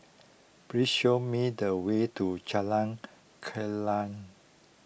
please show me the way to Jalan Kilang